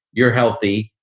you're healthy,